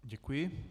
Děkuji.